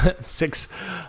six